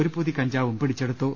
ഒരു പൊതി കഞ്ചാവും പിടിച്ചെടുത്തു